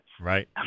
Right